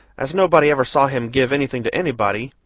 as nobody ever saw him give anything to anybody,